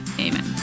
Amen